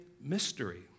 mystery